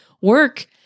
work